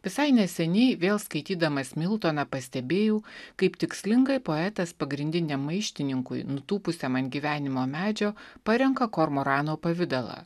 visai neseniai vėl skaitydamas miltoną pastebėjau kaip tikslingai poetas pagrindiniam maištininkui nutūpusiam ant gyvenimo medžio parenka kormorano pavidalą